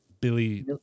Billy